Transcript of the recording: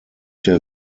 der